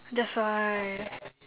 that's why